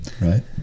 right